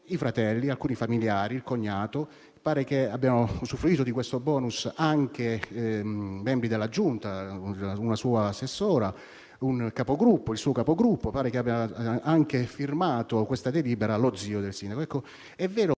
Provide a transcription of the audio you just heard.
i fratelli, alcuni familiari e il cognato; pare che abbiano usufruito di questo *bonus* anche membri della Giunta (un suo assessore e il suo capogruppo) e pare che abbia firmato questa delibera lo zio del sindaco.